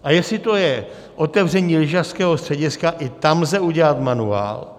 A jestli to je otevření lyžařského střediska, i tam lze udělat manuál.